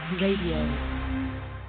Radio